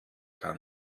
kann